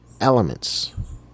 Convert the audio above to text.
elements